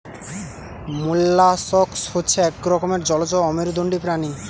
molluscs হচ্ছে এক রকমের জলজ অমেরুদন্ডী প্রাণী